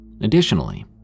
Additionally